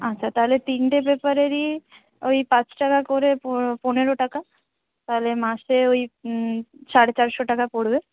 আচ্ছা তাহলে তিনটে পেপারেরই ওই পাঁচ টাকা করে পো পনেরো টাকা তালে মাসে ওই সাড়ে চারশো টাকা পড়বে